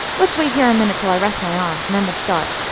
let's wait here a minute till i rest my arms, and then we'll start.